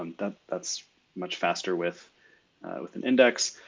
um that's much faster with with an index.